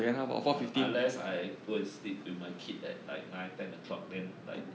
ah unless I go and sleep with my kid at like nine ten o'clock then like